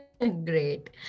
Great